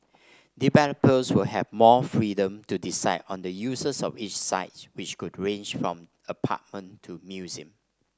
developers will have more freedom to decide on the uses of each site which could range from apartment to museum